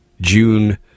June